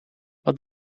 wat